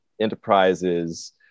Enterprises